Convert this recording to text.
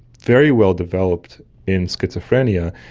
very well developed in schizophrenia,